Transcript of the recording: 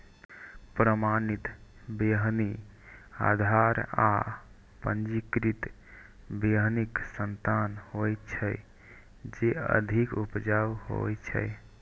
प्रमाणित बीहनि आधार आ पंजीकृत बीहनिक संतान होइ छै, जे अधिक उपजाऊ होइ छै